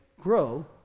grow